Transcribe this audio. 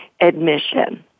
admission